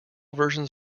versions